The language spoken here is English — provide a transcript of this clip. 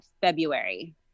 February